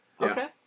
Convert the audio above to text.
okay